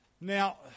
Now